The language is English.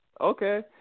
Okay